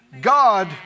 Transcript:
God